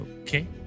Okay